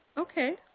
okay.